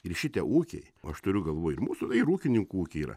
ir šitie ūkiai o aš turiu galvoj ir mūsų ir ūkininkų ūkiai yra